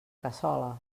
cassola